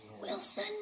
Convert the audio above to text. Wilson